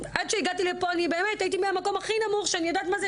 הגעתי מהמקום הכי נמוך ואני יודעת מה זה